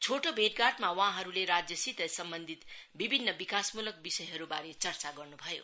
छोटो भेटघाटमा वहाँहरुले राज्यसित सम्वन्धित विभिन्न विकासमूल्क विषयहरुबारे चर्चा गर्नुभयो